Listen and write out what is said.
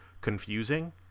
confusing